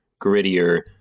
grittier